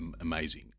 amazing